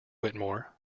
whittemore